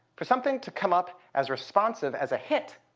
for something to come up as responsive as a hit